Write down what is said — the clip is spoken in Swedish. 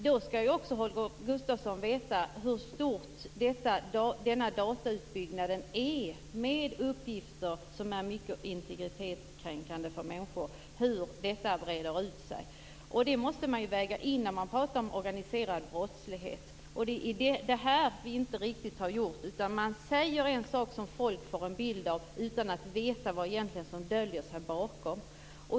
Då skall Holger Gustafsson också veta hur stor datautbyggnaden är med uppgifter som är mycket integritetskränkande för människor. Detta breder ut sig. Det måste man ju väga in när man pratar om organiserad brottslighet, och det är detta vi inte riktigt har gjort. Man säger en sak så att folk får en bild av det utan att veta vad som egentligen döljer sig bakom.